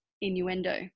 innuendo